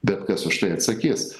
bet kas už tai atsakys